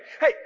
Hey